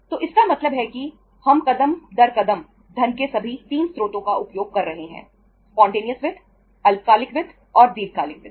तो इसका मतलब है कि हम कदम दर कदम धन के सभी 3 स्रोतों का उपयोग कर रहे हैं स्पॉन्टेनियस वित्त अल्पकालिक वित्त और दीर्घकालिक वित्त